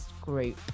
group